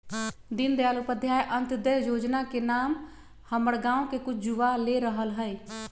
दीनदयाल उपाध्याय अंत्योदय जोजना के नाम हमर गांव के कुछ जुवा ले रहल हइ